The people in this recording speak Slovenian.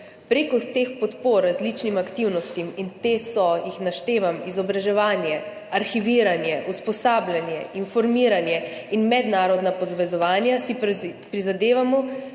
Preko teh podpor različnim aktivnostim, in te so, jih naštevam, izobraževanje, arhiviranje, usposabljanje, informiranje in mednarodna povezovanja, si prizadevamo